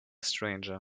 stranger